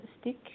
stick